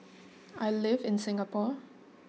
I live in Singapore